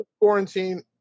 quarantine